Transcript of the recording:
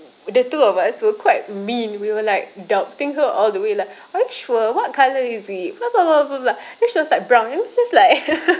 the two of us were quite mean we were like doubting her all the way lah are you sure what colour is it blah blah blah blah blah then she was like brown and it was just like